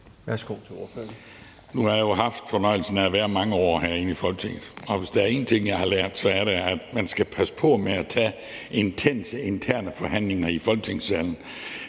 Christian Schmidt (V): Nu har jeg jo haft fornøjelsen af at være mange år herinde i Folketinget, og hvis der er én ting, jeg har lært, er det, at man skal passe på med at tage intense interne forhandlinger i Folketingssalen.